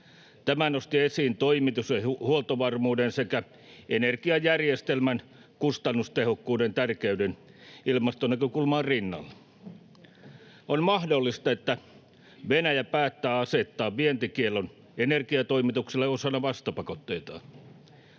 Tämä nosti esiin toimitus- ja huoltovarmuuden sekä energiajärjestelmän kustannustehokkuuden tärkeyden ilmastonäkökulman rinnalle. On mahdollista, että Venäjä päättää asettaa vientikiellon energiatoimituksille osana vastapakotteitaan.